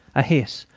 a hiss,